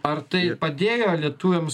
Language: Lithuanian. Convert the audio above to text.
ar tai padėjo lietuviams